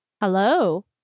Hello